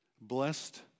blessed